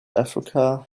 africa